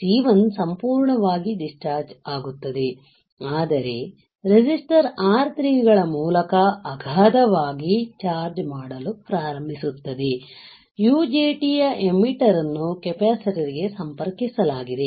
C1 ಸಂಪೂರ್ಣವಾಗಿ discharge ಆಗುತ್ತದೆ ಆದರೆ ರೆಸಿಸ್ಟರ್ R3 ಗಳ ಮೂಲಕ ಅಗಾಧವಾಗಿ ಚಾರ್ಜ್ ಮಾಡಲು ಪ್ರಾರಂಭಿಸುತ್ತದೆ UJTಯ ಎಮ್ಮಿಟರ್ ನ್ನು ಕೆಪಾಸಿಟರ್ ಗೆ ಸಂಪರ್ಕಿಸಲಾಗಿದೆ